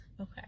Okay